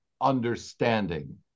understanding